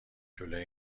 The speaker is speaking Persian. جلوی